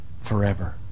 forever